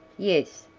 yes,